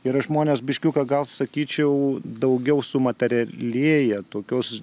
yra žmonės biškiuką gal sakyčiau daugiau sumaterialėję tokios